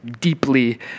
deeply